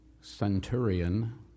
centurion